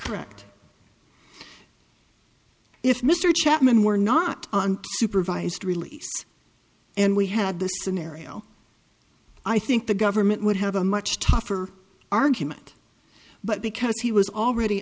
correct if mr chapman were not on supervised release and we had this scenario i think the government would have a much tougher argument but because he was already